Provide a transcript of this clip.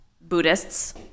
Buddhists